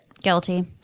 Guilty